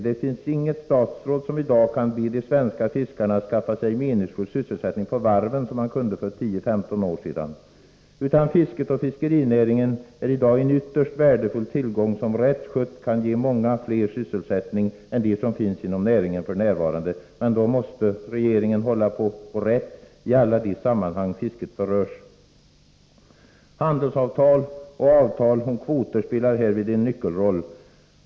Det finns inget statsråd som i dag kan be de svenska fiskarna att skaffa sig meningsfull sysselsättning på varven, som man kunde göra för tio eller femton år sedan, utan fisket och fiskerinäringen är nu en ytterst värdefull tillgång som rätt skött kan ge sysselsättning åt många fler än de som finns inom näringen f. n. Men då måste regeringen hålla på vårt lands rätt i alla de sammanhang där fisket berörs. Handelsavtal och avtal om kvoter spelar härvid en nyckelroll.